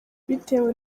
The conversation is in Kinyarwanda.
bitewe